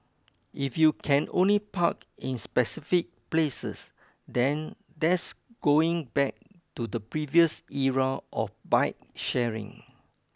if you can only park in specific places then that's going back to the previous era of bike sharing